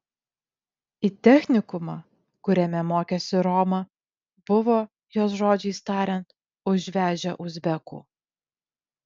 į technikumą kuriame mokėsi roma buvo jos žodžiais tariant užvežę uzbekų